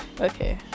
okay